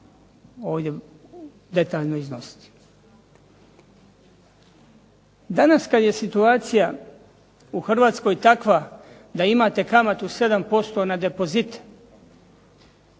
ovdje detaljno iznositi. Danas kada je situacija u Hrvatskoj takva da imate kamatu 7% na depozite,